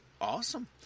Awesome